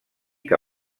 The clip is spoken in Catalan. que